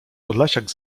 podlasiak